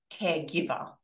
caregiver